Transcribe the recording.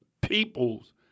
people's